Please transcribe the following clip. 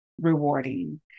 rewarding